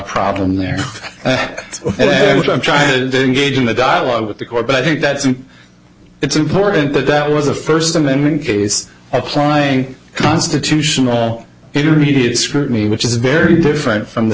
problem there i'm trying to gauge in the dialogue with the court but i think that suit it's important that that was a first amendment case applying constitutional intermediate scrutiny which is very different from the